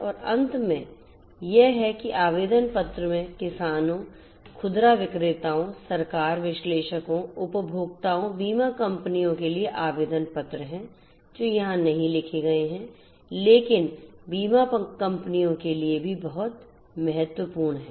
और अंत में यह है कि आवेदन पत्र में किसानों खुदरा विक्रेताओं सरकार विश्लेषकों उपभोक्ताओं बीमा कंपनियों के लिए आवेदन पत्र हैं जो यहां नहीं लिखे गए हैं लेकिन बीमा कंपनियों के लिए भी बहुत महत्वपूर्ण हैं